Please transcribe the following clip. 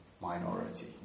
minority